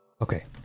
Okay